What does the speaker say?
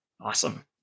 Awesome